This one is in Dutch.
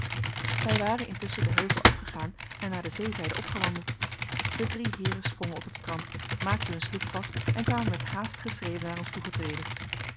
wij waren intusschen den heuvel afgegaan en naar de zeezijde opgewandeld de drie heeren sprongen op het strand maakten hun sloep vast en kwamen met haastige schreden naar ons toegetreden